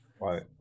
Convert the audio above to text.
Right